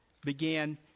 began